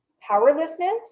powerlessness